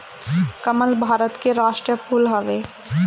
कमल भारत के राष्ट्रीय फूल हवे